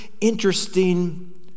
interesting